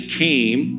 came